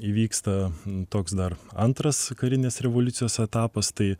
įvyksta toks dar antras karinės revoliucijos etapas tai